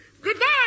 Goodbye